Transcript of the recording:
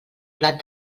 plat